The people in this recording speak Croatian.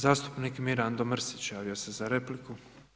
Zastupnik Mirando Mrsić, javio se za repliku.